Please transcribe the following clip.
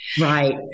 Right